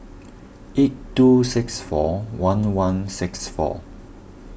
eight two six four one one six four